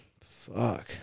fuck